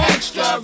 Extra